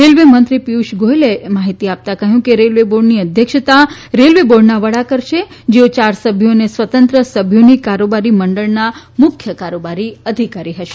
railway મંત્રી પિયુષ ગોયલે માહિતી આપતાં જણાવ્યું કે રેલવે બોર્ડની અધ્યક્ષતા રેલવે બોર્ડના વડા કરશે જેઓ યાર સભ્યો તથા સ્વતંત્ર સભ્યોની કારોબારી મંડળના મુખ્ય કારોબારી અધિકારી હશે